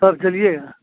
कब चलिएगा